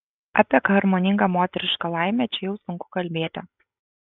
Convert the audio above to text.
apie harmoningą moterišką laimę čia jau sunku kalbėti